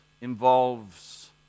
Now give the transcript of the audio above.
involves